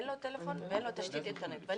האם זה ייחשב לטענה מוצדקת ואני